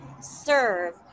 serve